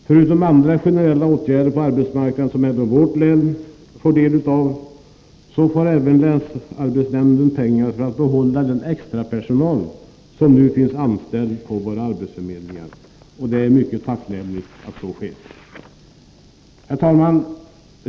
Förutom andra generella åtgärder på arbetsmarknaden som även kommer vårt län till del får länsarbetsnämnden pengar för att behålla den extrapersonal som nu finns anställd på våra arbetsförmedlingar. Det är tacknämligt att så sker. Herr talman!